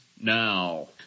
now